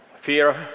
Fear